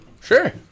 Sure